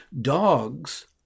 dogs